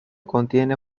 contiene